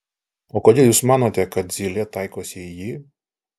o kodėl jūs manote kad zylė taikosi į jį